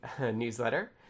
newsletter